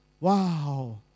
wow